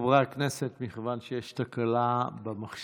חברי הכנסת, מכיוון שיש תקלה במחשב